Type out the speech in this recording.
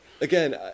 again